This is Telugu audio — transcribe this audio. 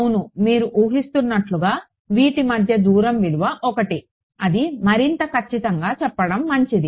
అవును మీరు ఊహిస్తున్నట్లుగా వీటి మధ్య దూరం విలువ ఒకటి అది మరింత ఖచ్చితంగా చెప్పడం మంచిది